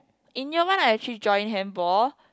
in year one I actually joined handball